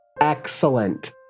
Excellent